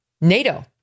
NATO